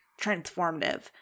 transformative